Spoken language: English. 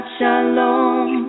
Shalom